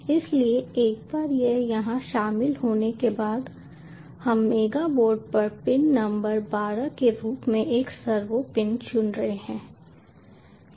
इसलिए एक बार यह यहां शामिल होने के बाद हम मेगा बोर्ड पर पिन नंबर 12 के रूप में एक सर्वो पिन चुन रहे हैं